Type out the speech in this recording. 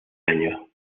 año